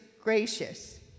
gracious